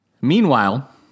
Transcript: Meanwhile